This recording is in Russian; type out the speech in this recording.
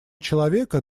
человека